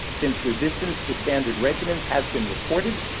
since resistance to standard regimens has been reported.